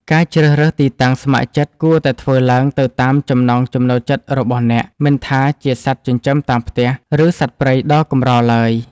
ការជ្រើសរើសទីតាំងស្ម័គ្រចិត្តគួរតែធ្វើឡើងទៅតាមចំណង់ចំណូលចិត្តរបស់អ្នក មិនថាជាសត្វចិញ្ចឹមតាមផ្ទះ ឬសត្វព្រៃដ៏កម្រឡើយ។